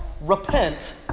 Repent